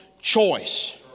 choice